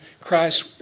Christ